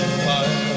fire